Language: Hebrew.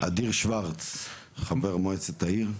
אדיר שוורץ, חבר מועצת העיר.